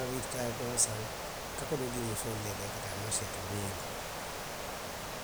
a ye boŋ saŋ, nka kodoo dii musoolu la le i ka taa marisee to luŋ woo luŋ.